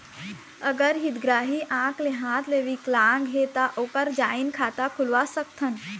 अगर हितग्राही आंख ले हाथ ले विकलांग हे ता ओकर जॉइंट खाता खुलवा सकथन?